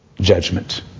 judgment